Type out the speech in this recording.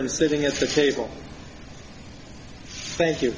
and sitting at the table thank you